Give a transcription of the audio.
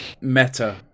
meta